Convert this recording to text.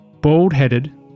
Bald-headed